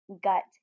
gut